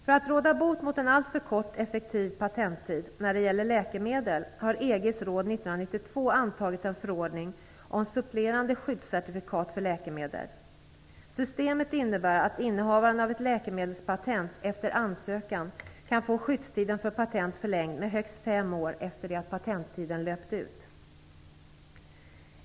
För att råda bot mot en alltför kort effektiv patenttid när det gäller läkemedel har EG:s råd 1992 antagit en förordning om supplerande skyddscertifikat för läkemedel. Systemet innebär att innehavaren av ett läkemedelspatent efter ansökan kan få skyddstiden för patent förlängd med högst fem år efter det att patenttiden löpt ut.